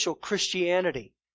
Christianity